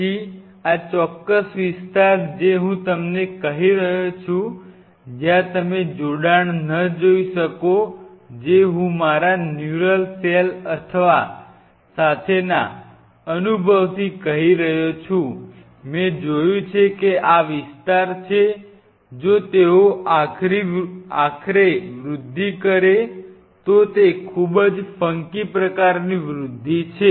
પછી આ ચોક્કસ વિસ્તાર જે હું તમને કહી રહ્યો છું જ્યાં તમે જોડાણ ન જોઈ શકો જે હું મારા ન્યુરલ સેલ સાથેના અનુભવથી કહી રહ્યો છું મેં જોયું છે કે આ વિસ્તાર છે જો તેઓ આખરે વૃદ્ધિ કરે તો તે ખૂબ જ ફંકી પ્રકારની વૃદ્ધિ છે